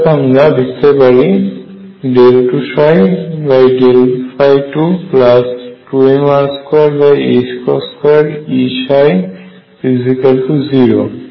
অর্থাৎ আমরা লিখতে পারি 222mR22 E0